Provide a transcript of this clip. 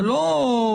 אתה לא אומר: